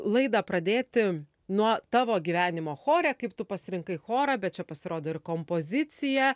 laidą pradėti nuo tavo gyvenimo chore kaip tu pasirinkai chorą bet čia pasirodo ir kompozicija